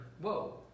Whoa